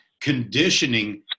conditioning